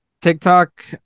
TikTok